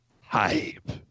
hype